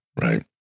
Right